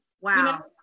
wow